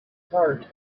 heart